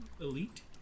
elite